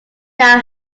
now